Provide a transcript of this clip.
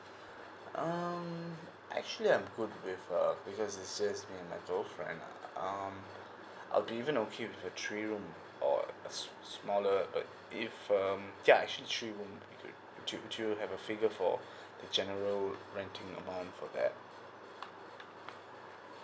um actually I'm good with uh because it stays with my girlfriend uh um I'll be even okay with the three room or a smaller uh if um ya actually three room will be good do do you have a figure for the general renting amount for that